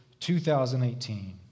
2018